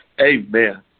Amen